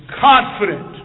confident